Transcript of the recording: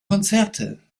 konzerte